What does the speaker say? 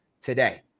today